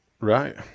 Right